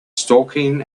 stalking